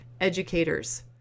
educators